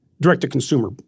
direct-to-consumer